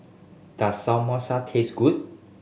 does Samosa taste good